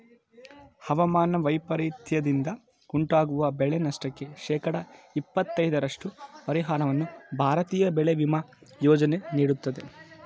ಹವಾಮಾನ ವೈಪರೀತ್ಯದಿಂದ ಉಂಟಾಗುವ ಬೆಳೆನಷ್ಟಕ್ಕೆ ಶೇಕಡ ಇಪ್ಪತೈದರಷ್ಟು ಪರಿಹಾರವನ್ನು ಭಾರತೀಯ ಬೆಳೆ ವಿಮಾ ಯೋಜನೆ ನೀಡುತ್ತದೆ